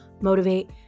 motivate